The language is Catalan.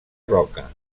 roca